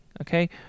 okay